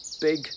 big